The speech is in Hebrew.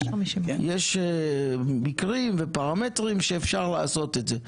יש מקרים ופרמטרים שאפשר לעשות את זה,